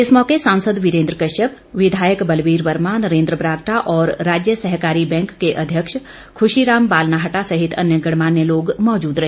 इस मौके सांसद वीरेन्द्र कश्यप विधायक बलबीर वर्मा नरेन्द्र बरागटा और राज्य सहकारी बैंक के अध्यक्ष खुशी राम बालनाहटा सहित अन्य गणमान्य लोग मौजुद रहे